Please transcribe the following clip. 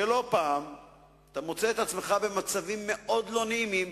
לא פעם אתה מוצא את עצמך במצבים מאוד לא נעימים,